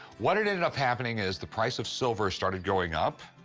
what ended up happening is, the price of silver started going up.